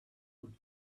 could